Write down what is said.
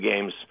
games